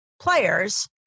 players